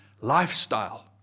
lifestyle